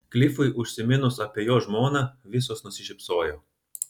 klifui užsiminus apie jo žmoną visos nusišypsojo